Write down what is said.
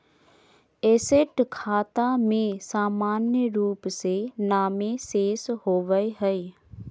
asset खाता में सामान्य रूप से नामे शेष होबय हइ